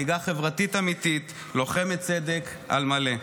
מנהיגה חברתית אמיתית, לוחמת צדק על מלא.